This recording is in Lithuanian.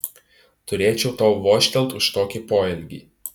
turėčiau tau vožtelt už tokį poelgį